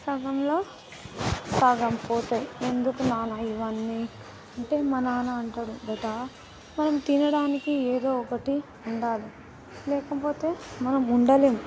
సగంలో సగం పోతాయి ఎందుకు నాన్న ఇవన్నీ అంటే మా నాన్న అంటాడు బేటా మనం తినడానికి ఏదో ఒకటి ఉండాలి లేకపోతే మనం ఉండలేము